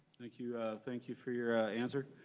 thank you thank you for your answer.